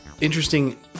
interesting